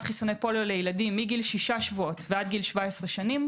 חיסוני פוליו לילדים מגיל 6 שבועות עד 17 שנים,